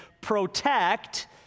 protect